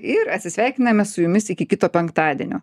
ir atsisveikiname su jumis iki kito penktadienio